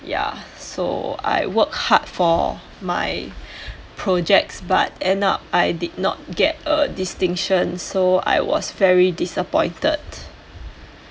ya so I worked hard for my projects but end up I did not get a distinction so I was very disappointed